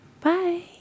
bye